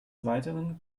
weiteren